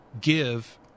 give